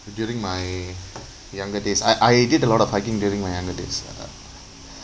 during my younger days I I did a lot of hiking during my younger days uh